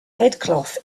headcloth